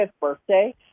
birthday